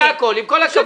זה הכול, עם כל הכבוד.